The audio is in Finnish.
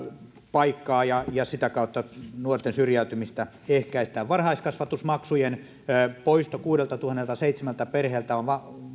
paikkaa sitä kautta nuorten syrjäytymistä ehkäistään varhaiskasvatusmaksujen poisto kuudeltatuhanneltaseitsemältäsadalta perheeltä on